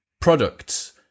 products